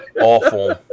Awful